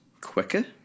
quicker